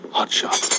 Hotshot